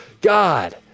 God